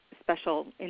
special